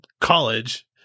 college